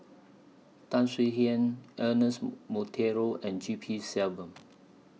Tan Swie Hian Ernest Monteiro and G P Selvam